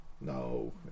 No